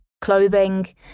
clothing